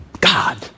God